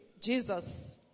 Jesus